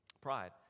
Pride